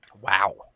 Wow